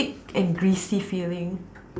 thick and greasy feeling